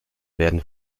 werden